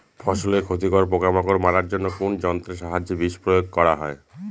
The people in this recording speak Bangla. ফসলের ক্ষতিকর পোকামাকড় মারার জন্য কোন যন্ত্রের সাহায্যে বিষ প্রয়োগ করা হয়?